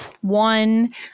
one